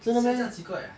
现在这样奇怪 ah